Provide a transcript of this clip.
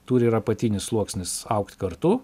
turi ir apatinis sluoksnis augt kartu